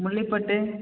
Mullaipattu